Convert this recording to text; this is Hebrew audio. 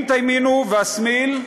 אם תימינו ואשמיל,